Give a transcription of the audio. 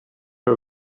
her